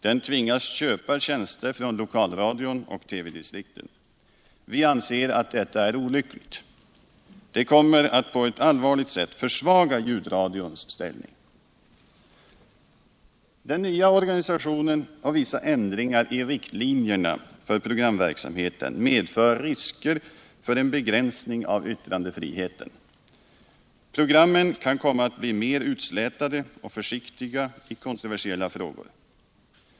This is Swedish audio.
Den tvingas köpa tjänster från lokalradion och TV distrikten. Vi anser att detta är olyckligt. Det kommer att på ett allvarligt sätt försvaga ljudradions ställning. Den nya organisationen och vissa ändringar i riktlinjerna för programverksamheten medför risker för en begränsning av yttrandefriheten. Programmen kan komma att bli mera utslätade och försiktiga i kontroversiella frågor.